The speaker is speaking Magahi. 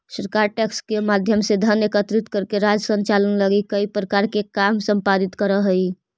सरकार टैक्स के माध्यम से धन एकत्रित करके राज्य संचालन लगी कई प्रकार के काम संपादित करऽ हई